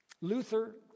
Luther